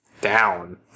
down